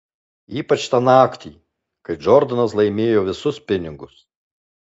ypač tą naktį kai džordanas laimėjo visus pinigus